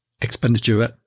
expenditure